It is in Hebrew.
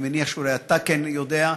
אני מניח שאולי אתה כן יודע,